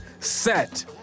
Set